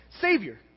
savior